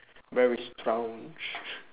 very strong